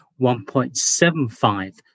1.75%